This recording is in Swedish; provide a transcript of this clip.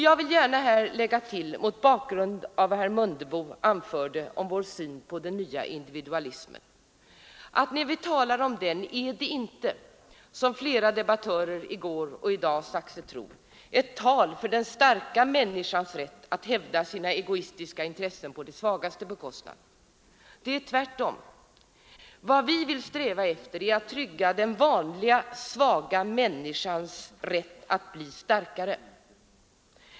Jag vill gärna mot bakgrund av vad herr Mundebo anförde om vår syn på den nya individualismen tillägga, att vårt tal om denna inte är ett förespråkande av den starka människans rätt att hävda sina egoistiska intressen på de svagares bekostnad. Det är tvärtom. Vad vi vill sträva efter är att trygga den vanliga, svaga människans rätt att bli starkare.